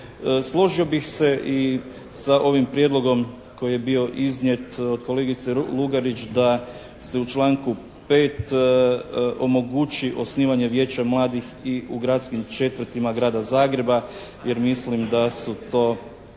Složio bih se i sa ovim prijedlogom koji je bio iznijet od kolegice Lugarić da se u članku 5. omogući osnivanje Vijeća mladih i u gradskim četvrtima Grada Zagreba jer mislim da su to